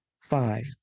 Five